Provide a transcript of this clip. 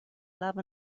love